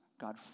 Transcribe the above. God